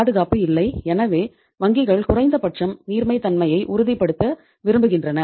பாதுகாப்பு இல்லை எனவே வங்கிகள் குறைந்தபட்சம் நீர்மைத்தன்மையை உறுதிப்படுத்த விரும்புகின்றன